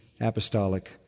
apostolic